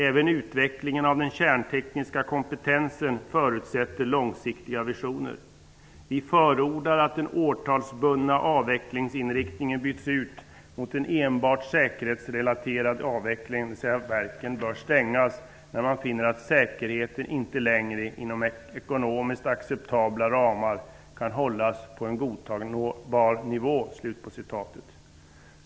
Även utveckling av den kärntekniska kompetensen förutsätter långsiktiga visioner -- Vi förordar att den årtalsbundna avvecklingsinriktningen byts ut mot en enbart säkerhetsrelaterad avveckling, dvs verken bör stängas när man finner att säkerheten inte längre inom ekonomiskt acceptabla ramar kan hållas på en godtagbar nivå.''